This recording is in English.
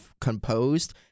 composed